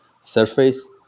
surface